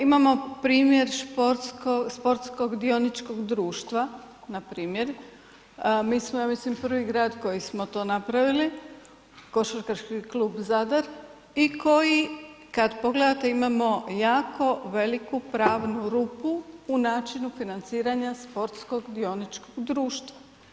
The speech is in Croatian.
Imamo primjer sportskog dioničkog društva, npr., mi smo ja mislim, prvi grad koji smo to napravili, KK Zadar i koji kad pogledate, imamo jako veliku pravnu rupu u načinu financiranja sportskog dioničkog društva.